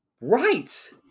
Right